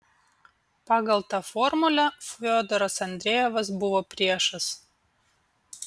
pagal tą formulę fiodoras andrejevas buvo priešas